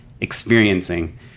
experiencing